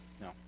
No